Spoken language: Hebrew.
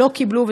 לא קיבלו,